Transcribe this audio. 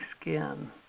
skin